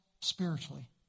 spiritually